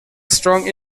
strong